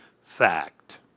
fact